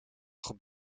groep